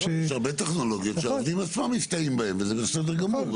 יש הרבה טכנולוגיות שהעובדים עצמם מסתייעים בהם וזה בסדר גמור.